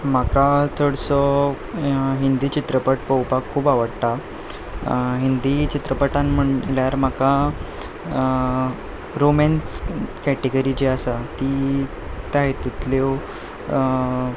म्हाका चडसो हिंदी चित्रपठ पळोवपाक खूब आवडटा हिंदी चित्रपठांत म्हणल्यार म्हाका रोमेन्स कॅटिगरी जी आसा ती त्या हितुंतल्यो